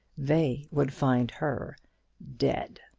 they would find her dead!